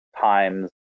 times